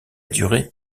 duré